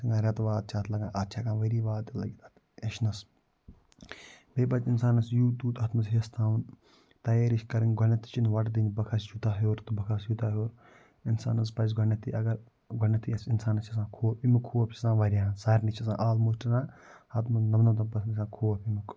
رٮ۪تہٕ واد چھِ اَتھ لَگان اَتھ چھِ ہٮ۪کان ؤری واد تہِ لٔگِتھ اَتھ ہٮ۪چھنس بیٚیہِ پَتہٕ اِنسانَس یوٗت تیوٗت ہٮ۪س تھاوُن تیٲری چھِ کَرٕنۍ گۄڈٕنٮ۪تھٕے چھِنہٕ وَٹہٕ دِنۍ بہٕ کھسہٕ یوٗتاہ ہیٚور تہٕ بہٕ کھسہٕ توٗتاہ ہیٚور اِنسانَس پَزِ گۄڈٕنٮ۪تھٕے اَگر گۄڈٕنٮ۪تھٕے اِنسانَس آسان خوف أمیُک خوف چھِ آسان واریاہَن سارنی چھِ آسان آلموشٹہٕ چھِ آسان ہَتھ منٛز نَم نَم تھَن پٕرسَنٹَن چھِ آسان خوف أمیُک